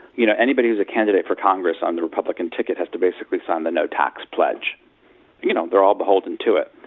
you know anybody who's a candidate for congress on the republican ticket has to basically sign the no-tax pledge you know, they're all beholden to it.